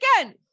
again